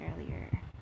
earlier